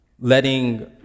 letting